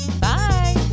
Bye